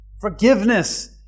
Forgiveness